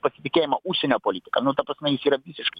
pasitikėjimą užsienio politika nu ta prasme jis yra visiškai